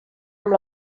amb